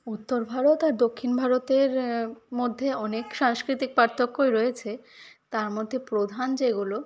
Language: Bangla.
উত্তর ভারত আর দক্ষিণ ভারতের মধ্যে অনেক সাংস্কৃতিক পার্থক্যই রয়েছে তার মধ্যে প্রধান যেগুলো